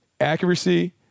accuracy